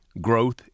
Growth